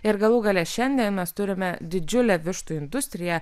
ir galų gale šiandien mes turime didžiulę vištų industriją